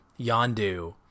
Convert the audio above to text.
yondu